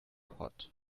hot